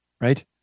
right